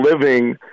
living